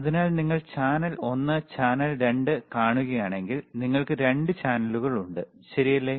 അതിനാൽ നിങ്ങൾ ചാനൽ ഒന്ന് ചാനൽ 2 കാണുകയാണെങ്കിൽ നിങ്ങൾക്ക് 2 ചാനലുകൾ ഉണ്ട് ശരിയല്ലേ